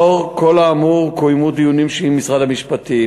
לאור כל האמור קוימו דיונים של משרד המשפטים,